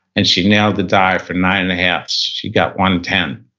and she nailed the dive for nine and a halves. she got one ten.